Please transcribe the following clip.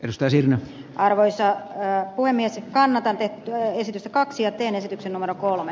ostaisin arvoisia ja puhemies ilkka anna tänne tulee esitys joka kirveen esityksen numero kolme